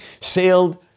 sailed